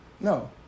No